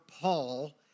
Paul